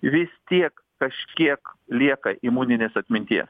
vis tiek kažkiek lieka imuninės atminties